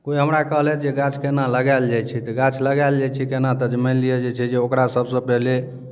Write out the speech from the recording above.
कोइ हमरा कहलथि जे गाछ केना लगायल जाइ छै तऽ गाछ लगायल जाइ छै केना तऽ जे मानि लिअ जे छै जे ओकरा सभसँ पहिले